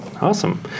Awesome